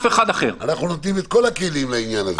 אנחנו נותנים את כל הכלים לעניין הזה.